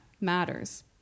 matters